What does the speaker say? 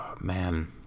Man